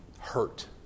hurt